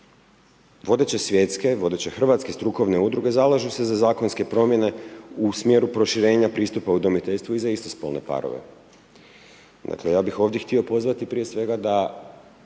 Vodeće svjetske, vodeće hrvatske strukovne udruge zalažu se za zakonske promjene u smjeru proširenja pristupa udomiteljstvu i za istospolne parove. Dakle, ja bih ovdje htio pozvati prije svega da